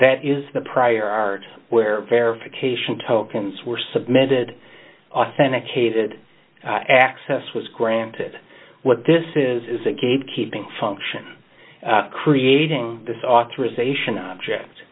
that is the prior art where verification tokens were submitted authenticated access was granted what this is is that gate keeping function creating this authorisation object